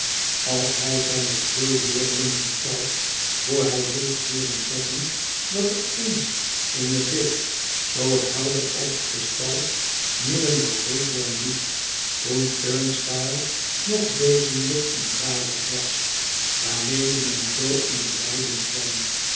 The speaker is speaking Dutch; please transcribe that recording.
als hij zijne twee leerlingen vertelt hoe hij heeft hooren zeggen dat er eens eene beek zoo helder als kristal midden door holborn liep toen turnstile nog wezenlijk een draaihek was waarmede men z in de weiden kwam